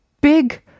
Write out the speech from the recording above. big